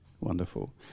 Wonderful